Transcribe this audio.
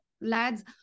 lads